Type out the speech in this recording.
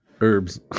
Herbs